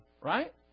right